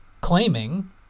claiming